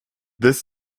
this